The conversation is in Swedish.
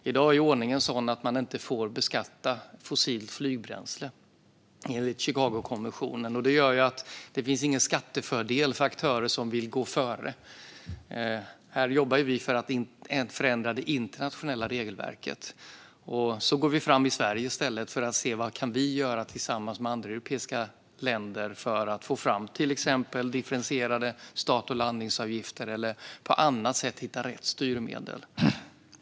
I dag är ordningen sådan att man inte får beskatta fossilt flygbränsle, enligt Chicagokonventionen. Det gör att det inte finns någon skattefördel för aktörer som vill gå före. Här jobbar vi för att förändra det internationella regelverket, och så går vi fram i Sverige för att se vad vi kan göra tillsammans med andra europeiska länder för att få fram till exempel differentierade start och landningsavgifter eller på andra sätt hitta rätt styrmedel.